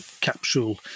capsule